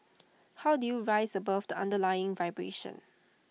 how do you rise above the underlying vibration